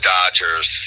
Dodgers